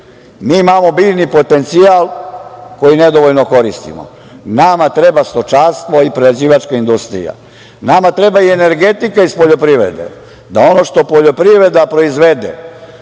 mi imamo biljni potencijal koji nedovoljno koristimo. Nama treba stočarstvo i prerađivačka industrija. Nama treba i energetika iz poljoprivrede, da ono što poljoprivreda proizvode,